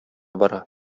бара